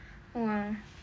!wah!